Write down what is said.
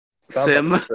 sim